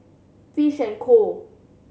Fish and Co